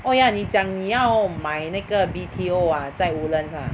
oh ya 你讲你要买那个 B_T_O ah 在 Woodlands ah